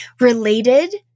related